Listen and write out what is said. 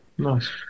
Nice